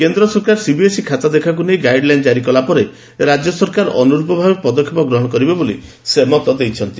କେନ୍ଦ୍ର ସରକାର ସିବିଏସଇ ଖାତା ଦେଖାକୁ ନେଇ ଗାଇଡଲାଇନ ଜାରୀ କଲା ପରେ ରାକ୍ୟ ସରକାର ଅନୁରୂପ ଭାବେ ପଦକ୍ଷେପ ଗ୍ରହଣ କରିବେ ବୋଲି ସେ ମତଦେଇଛନ୍ତି